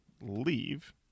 leave